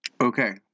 Okay